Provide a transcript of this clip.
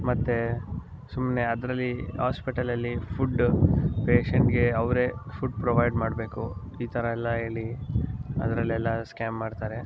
ಮತ್ತೆ ಸುಮ್ಮನೆ ಅದರಲ್ಲಿ ಆಸ್ಪಿಟಲಲ್ಲಿ ಫುಡ್ ಪೇಷೆಂಟ್ಗೆ ಅವರೇ ಫುಡ್ ಪ್ರೊವೈಡ್ ಮಾಡಬೇಕು ಈ ಥರ ಎಲ್ಲ ಹೇಳಿ ಅದರಲ್ಲೆಲ್ಲ ಸ್ಕ್ಯಾಮ್ ಮಾಡ್ತಾರೆ